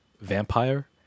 Vampire